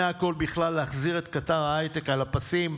הכול בכלל להחזיר את קטר ההייטק על הפסים,